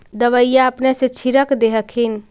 दबइया अपने से छीरक दे हखिन?